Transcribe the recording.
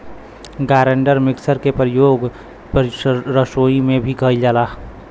grinder mixer के परियोग रसोई में भी कइल जाला